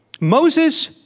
Moses